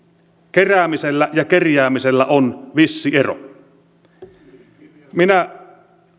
keräämisellä ja kerjäämisellä on vissi ero aivan oikein